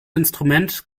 instrument